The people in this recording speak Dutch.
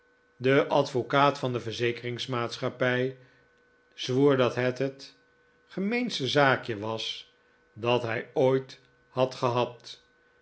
de advocaat van de verzekeringsmaatschappij zwoer dat het het gemeenste zaakje was dat hij ooit had gehad